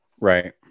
Right